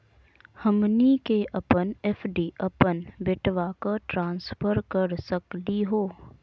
हमनी के अपन एफ.डी अपन बेटवा क ट्रांसफर कर सकली हो?